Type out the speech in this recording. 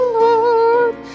lord